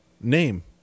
name